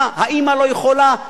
האמא לא יכולה,